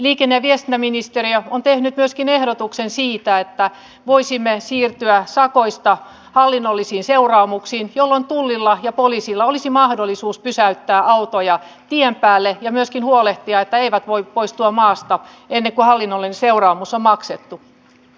liikenne ja viestintäministeriö on tehnyt myöskin ehdotuksen siitä että voisimme siirtyä sakoista hallinnollisiin seuraamuksiin jolloin tullilla ja poliisilla olisi mahdollisuus pysäyttää autoja tien päälle ja myöskin huolehtia että ne eivät voi poistua maasta ennen kuin hallinnollinen seuraamus on maksettu